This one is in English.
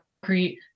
concrete